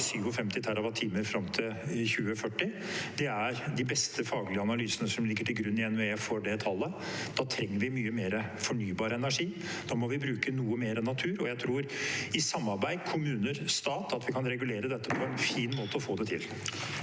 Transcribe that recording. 57 TWh mer fram til 2040. Det er de beste faglige analysene i NVE som ligger til grunn for det tallet. Da trenger vi mye mer fornybar energi. Da må vi bruke noe mer natur, og jeg tror at i samarbeid mellom kommuner og stat kan vi regulere dette på en fin måte og få det til.